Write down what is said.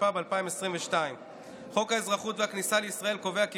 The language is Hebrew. התשפ"ב 2022. חוק האזרחות והכניסה לישראל קובע כי